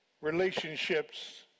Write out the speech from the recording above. relationships